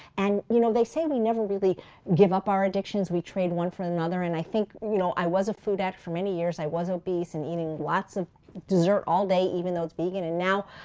and you know they say we never really give up our addictions. we trade one for another and i think you know i was a food addict for many years. i was obese and eating lots of dessert all day even though it's vegan, and now,